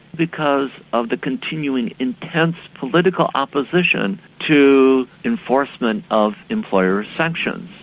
because of the continuing intense political opposition to enforcement of employer sanctions.